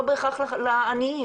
לא בהכרח לעניים,